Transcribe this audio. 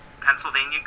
pennsylvania